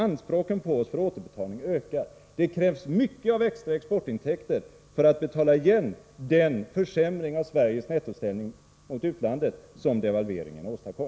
Återbetalningsanspråken på oss ökar. Det krävs mycket av extra exportintäkter för att betala igen den försämring av Sveriges nettoställning gentemot utlandet som devalveringen åstadkom.